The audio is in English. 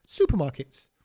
supermarkets